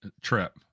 trip